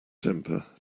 temper